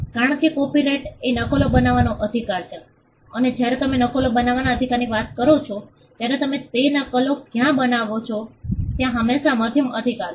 કારણ કે કોપિરાઇટએ નકલો બનાવવાનો અધિકાર છે અને જ્યારે તમે નકલો બનાવવાના અધિકારની વાત કરો છો ત્યારે તમે તે નકલો ક્યાં બનાવો છો ત્યાં હંમેશા મધ્યમ અધિકાર છે